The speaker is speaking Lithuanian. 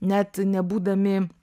net nebūdami